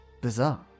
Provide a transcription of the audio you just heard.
Bizarre